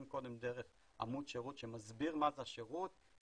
קודם דרך עמוד שירות שמסביר מה זה השירות,